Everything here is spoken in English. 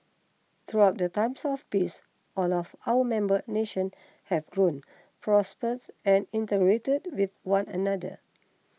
throughout the times of peace all of our member nations have grown prospered and integrated with one another